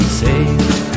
saved